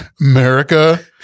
America